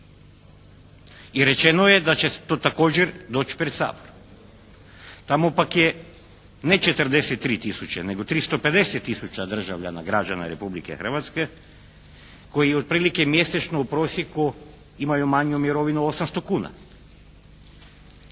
i rečeno je da će to također doći pred Sabor. Tamo pak je ne 43 tisuće nego 350 tisuća državljana, građana Republike Hrvatske koji otprilike mjesečno u prosjeku imaju manju mirovinu 800,00 kuna.